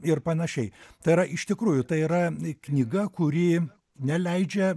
ir panašiai tai yra iš tikrųjų tai yra knyga kuri neleidžia